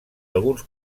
alguns